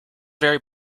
very